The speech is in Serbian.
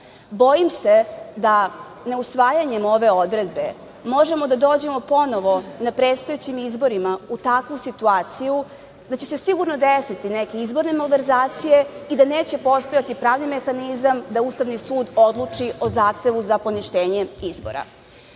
se da ne usvajanjem ove odredbe možemo da dođemo ponovo na predstojećim izborima u takvu situaciju da će se sigurno desiti neke izborne malverzacije i da neće postojati pravi mehanizam da Ustavni sud odluči o zahtevu za poništenje izbora. Ono